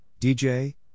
DJ